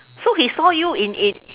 so he saw you in in